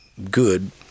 Good